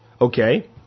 okay